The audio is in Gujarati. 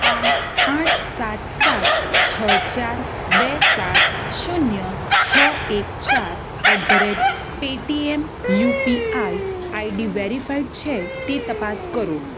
આ આઠ સાત સાત છ ચાર બે સાત શૂન્ય છ એક ચાર at the rate Paytm UPI ID verified છે તે તપાસ કરો